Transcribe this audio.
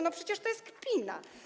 No przecież to jest kpina.